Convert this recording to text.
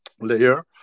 layer